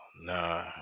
nah